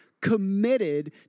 committed